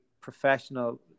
professional